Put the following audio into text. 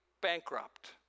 bankrupt